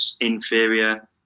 inferior